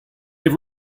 have